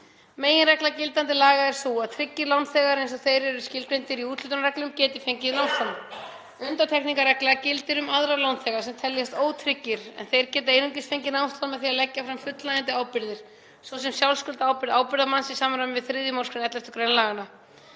Meginregla gildandi laga er sú að tryggir lánþegar eins og þeir eru skilgreindir í úthlutunarreglum geti fengið námslán. Undantekningarregla gildir um aðra lánþega sem teljast ótryggir en þeir geta einungis fengið námslán með því að leggja fram fullnægjandi ábyrgðir, svo sem sjálfskuldarábyrgð ábyrgðarmanns í samræmi við 3. mgr. 11. gr. laganna.